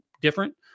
different